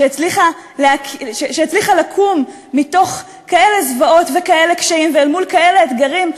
שהצליחה לקום מתוך כאלה זוועות וכאלה קשיים ואל מול כאלה אתגרים,